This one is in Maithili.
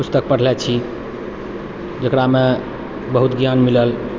पुस्तक पढ़ले छी जेकरामे बहुत ज्ञान मिलल